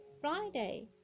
Friday